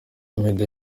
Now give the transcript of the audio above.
meddy